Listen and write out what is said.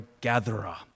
gatherer